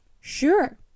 sure